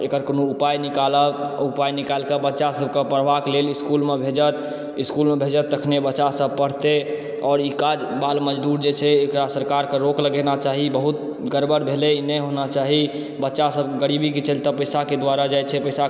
एकर कोनो उपाय निकालत उपाय निकालिके बच्चा सभकेँ पढ़बाक लेल इस्कूलमे भेजत इस्कूलमे भेजत तखने बच्चासभ पढ़तय आओर ई काज बाल मजदूर जे छै एकरा सरकारके रोक लगेना चाही बहुत गड़बड़ भेलय इ नहि होना चाही बच्चासभ गरीबीके चलते पैसाके द्वारा जाइत छै पैसा